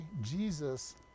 Jesus